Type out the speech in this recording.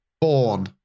Born